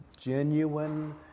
genuine